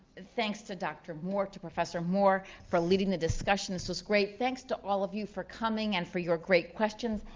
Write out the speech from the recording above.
thanks to dr. moore, to professor moore, for leading the discussion. this was great. thanks to all of you for coming and for your great questions.